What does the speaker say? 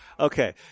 Okay